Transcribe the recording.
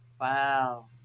wow